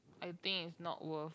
I think is not worth